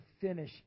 finish